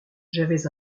j’avais